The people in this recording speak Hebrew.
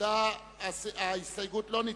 ההסתייגות של חבר הכנסת אילן גילאון לסעיף 136(3) לא נתקבלה.